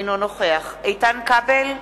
אינו נוכח איתן כבל,